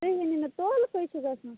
تُہۍ ؤنِو مےٚ تولہٕ کٔے چھُ گَژھان